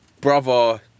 brother